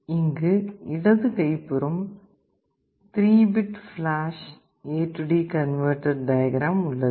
இங்கு இடதுகைப் புறம் 3 bit flash AD converter diagram உள்ளது